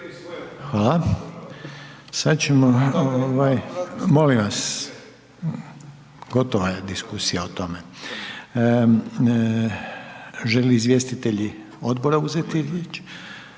Hvala. Sad ćemo ovaj… Molim vas, gotova je diskusija o tome. Žele li izvjestitelji odbora uzeti riječ?